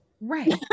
Right